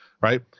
right